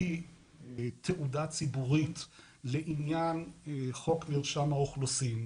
היא תעודה ציבורית לעניין חוק מרשם האוכלוסין.